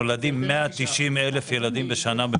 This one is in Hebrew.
נולדים בשנה 190,000 ילדים במדינת ישראל.